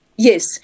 Yes